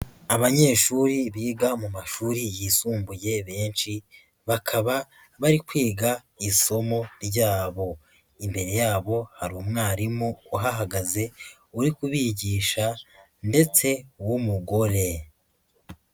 Abanyeshuri biga mu mashuri yisumbuye benshi bakaba bari kwiga isomo ryabo. Imbere yabo hari umwarimu uhahagaze uri kubigisha ndetse w'umugore.